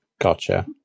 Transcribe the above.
Gotcha